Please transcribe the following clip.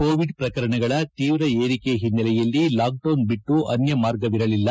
Covid ಪ್ರಕರಣಗಳ ತೀವ್ರ ಏರಿಕೆ ಓನ್ನೆಲೆಯಲ್ಲಿ ಲಾಕ್ಡೌನ್ ಐಟ್ಟು ಅನ್ತ ಮಾರ್ಗವಿರಲಿಲ್ಲ